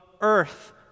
earth